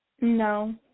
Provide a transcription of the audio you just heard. No